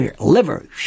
Liver